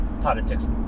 politics